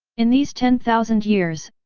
in these ten thousand years,